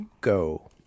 go